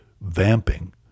vamping